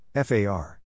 FAR